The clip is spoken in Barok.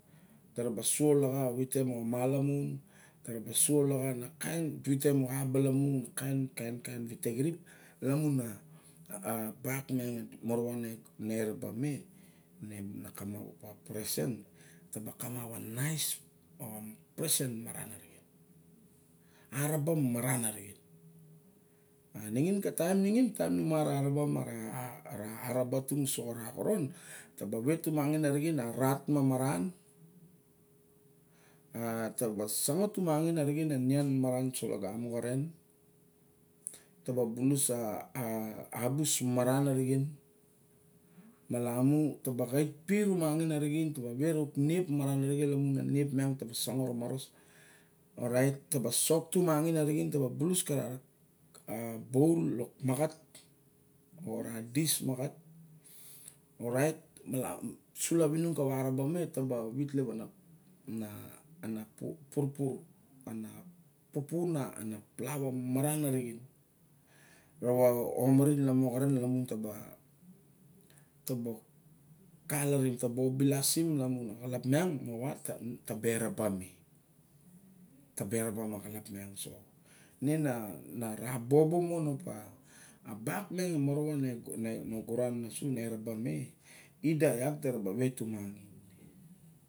Da ra suo laxa a vite mo malamun. Di ra ba suo laxa a na kain pite moxa balamu kain, kain, kain pite xirip lamun a bak miang e morowa di eraba me i me na kamap opa a present. Ta ba kamap a nois o presen maran. A araba maran arixen. Nexen ka taim nixin taim mi ma ra waaraba ma araba tung uso xa ra xoron taba vet tumangin arixen ka ra rat mamaran a ta ba sosoxat tumaxin arixin a nian uso lagamo xa ren, ta ba bulus a- a abus maran arixen, malamu ta ba xait puu rumangin arixen, malamu ta ba vet auk niep maran arixen lamun a niep miang ta ba saxat a maros. Orait ta ba sok tumangin arixen ta ba bulus ka boul lok makat or dish maxat. Orait sulap ere kawa araba me ta ba vit lep a na purpur a na plana maran arixen rawa omarin lamo xaren lamun ne ta ba ta ba calarim ta ba o bilasim lamun axalap miang moxawata ba eraba me. taba eraba ma xalap miang so me na ra bobo mon opa. A pak miang e morawa na o guran o su nera ba me, ida iat da ra ba wet tumangin.